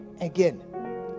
again